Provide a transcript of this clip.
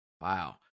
Wow